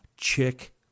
chick